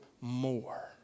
more